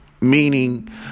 meaning